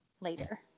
later